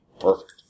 perfect